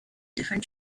different